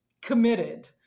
committed